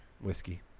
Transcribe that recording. Whiskey